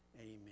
amen